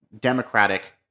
Democratic